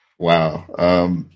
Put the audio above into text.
Wow